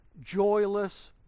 joyless